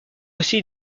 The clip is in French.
aussi